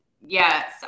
yes